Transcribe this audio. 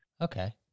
Okay